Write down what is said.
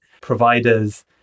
providers